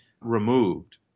removed